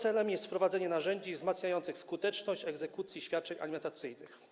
Jego celem jest wprowadzenie narzędzi wzmacniających skuteczność egzekucji świadczeń alimentacyjnych.